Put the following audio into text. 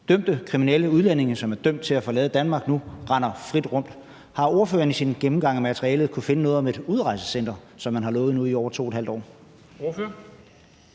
dømte kriminelle udlændinge, som er dømt til at forlade Danmark, nu render frit rundt. Har ordføreren i sin gennemgang af materialet kunnet finde noget om det udrejsecenter, som man nu har lovet i over 2½ år? Kl.